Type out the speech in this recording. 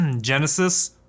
Genesis